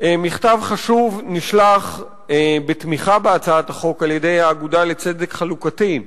מכתב חשוב נשלח בתמיכה בהצעת החוק על-ידי "האגודה לצדק חלוקתי".